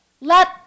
Let